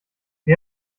sie